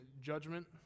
judgment